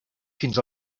fins